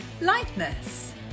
Lightness